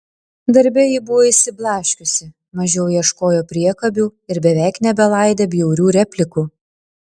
darbe ji buvo išsiblaškiusi mažiau ieškojo priekabių ir beveik nebelaidė bjaurių replikų